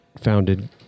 founded